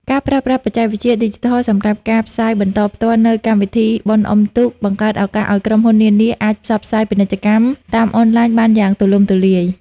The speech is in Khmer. ការប្រើប្រាស់បច្ចេកវិទ្យាឌីជីថលសម្រាប់ការផ្សាយបន្តផ្ទាល់នូវកម្មវិធីបុណ្យអុំទូក បង្កើតឱកាសឱ្យក្រុមហ៊ុននានាអាចផ្សព្វផ្សាយពាណិជ្ជកម្មតាមអនឡាញបានយ៉ាងទូលំទូលាយ។